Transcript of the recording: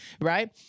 right